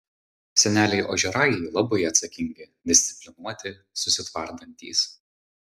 seneliai ožiaragiai labai atsakingi disciplinuoti susitvardantys